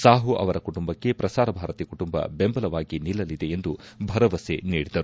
ಸಾಹು ಅವರ ಕುಟುಂಬಕ್ಕೆ ಪ್ರಸಾರ ಭಾರತಿ ಕುಟುಂಬ ಬೆಂಬಲವಾಗಿ ನಿಲ್ಲಲಿದೆ ಎಂದು ಭರವಸೆ ನೀಡಿದರು